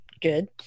Good